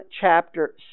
chapter